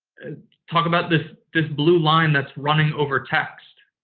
talk about this this blue line that's running over text.